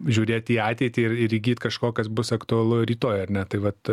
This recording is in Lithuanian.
žiūrėti į ateitį ir ir įgyt kažko kas bus aktualu rytoj ar ne tai vat